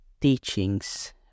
teachings